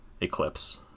Eclipse